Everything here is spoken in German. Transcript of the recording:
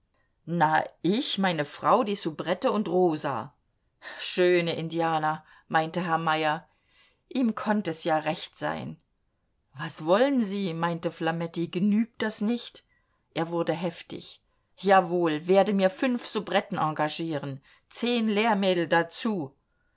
na ich meine frau die soubrette und rosa schöne indianer meinte herr meyer ihm konnt es ja recht sein was wollen sie meinte flametti genügt das nicht er wurde heftig jawohl werde mir fünf soubretten engagieren zehn lehrmädel dazu